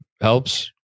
helps